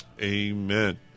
Amen